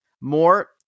more